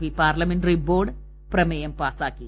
P parliamentary board പ്രമേയം പാസാക്കി